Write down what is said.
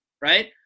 Right